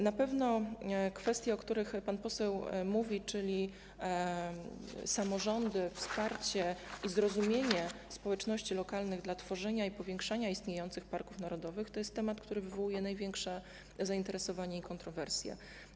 Na pewno to, o czym pan poseł mówi, jeśli chodzi o samorządy, czyli wsparcie i zrozumienie społeczności lokalnych dla tworzenia i powiększania istniejących parków narodowych, to jest temat, który wywołuje największe zainteresowanie i kontrowersje.